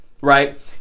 right